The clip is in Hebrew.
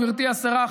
גברתי השרה,